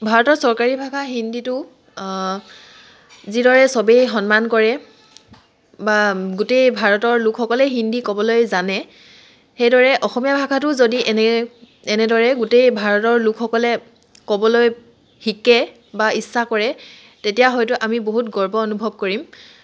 ভাৰতৰ চৰকাৰী ভাষা হিন্দীটো যিদৰে সবেই সন্মান কৰে বা গোটেই ভাৰতৰ লোকসকলে হিন্দী ক'বলৈ জানে সেইদৰে অসমীয়া ভাষাটো যদি এনে এনেদৰে গোটেই ভাৰতৰ লোকসকলে ক'বলৈ শিকে বা ইচ্ছা কৰে তেতিয়া হয়টো আমি বহুত গৰ্ব অনুভৱ কৰিম